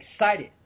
excited